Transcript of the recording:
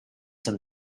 them